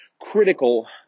critical